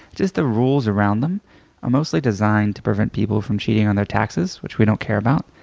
just the rules around them are mostly designed to prevent people from cheating on their taxes, which we don't care about.